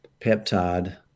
peptide